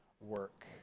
work